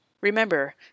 Remember